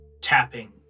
tapping